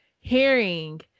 hearing